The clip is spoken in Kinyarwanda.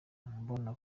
mbona